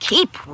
Keep